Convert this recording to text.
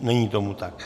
Není tomu tak.